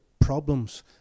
problems